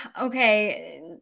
Okay